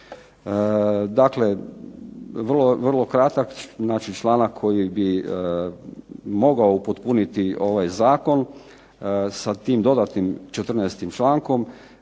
Dakle, vrlo kratak članak koji bi mogao upotpuniti ovaj zakon sa tim dodatnim četrnaestim